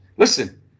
Listen